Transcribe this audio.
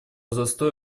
застой